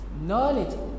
knowledge